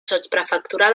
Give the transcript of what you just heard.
sotsprefectura